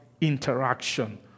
interaction